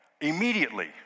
immediately